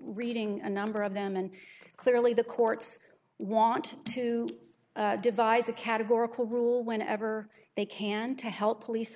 reading a number of them and clearly the courts want to devise a categorical rule whenever they can to help police